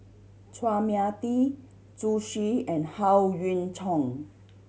Chua Mia Tee Zhu Xu and Howe Yoon Chong